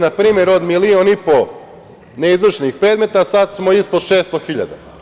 Na primer od milion i po neizvršenih predmeta sada smo ispod 600.000.